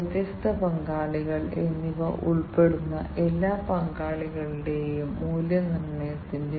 GNU Linux പ്ലാറ്റ്ഫോമിലെ ആശയവിനിമയത്തിനുള്ള താഴ്ന്ന നിലയിലുള്ള അസ്ഥികൂട ലൈബ്രറിയായ MRAA ഘടകമാണ് ഒന്ന്